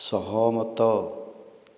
ସହମତ